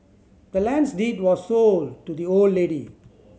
the land's deed was sold to the old lady